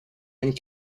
and